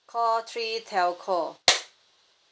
call three telco